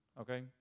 okay